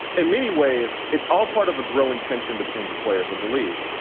in many ways, it's all part of a growing tension between the players in the league.